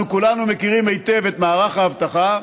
אנחנו כולנו מכירים היטב את מערך האבטחה,